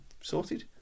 sorted